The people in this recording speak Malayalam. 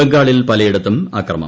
ബുംഗാളിൽ പലയിടത്തും അക്രമഠ